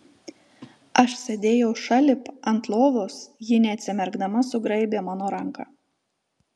aš sėdėjau šalip ant lovos ji neatsimerkdama sugraibė mano ranką